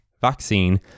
vaccine